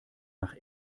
nach